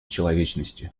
человечности